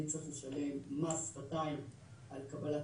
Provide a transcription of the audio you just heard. אני צריך לשלם מס שפתיים על קבלת